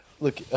look